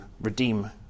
redeem